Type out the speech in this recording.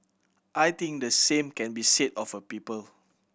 I think the same can be said of a people